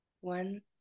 one